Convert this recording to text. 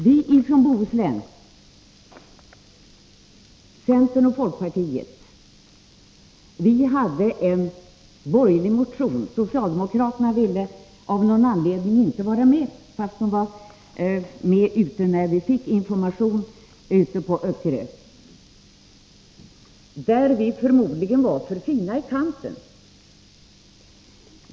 Vi från Bohuslän, centern och folkpartiet, väckte en motion i frågan — socialdemokraterna ville av någon anledning inte biträda den, fastän de var med ute på Öckerö när information gavs —i vilken vi förmodligen var för fina i kanten.